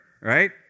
right